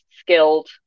skilled